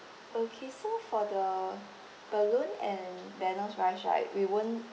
okay so for the balloon and banners wise right we won't